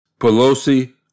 Pelosi